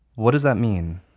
what does that mean?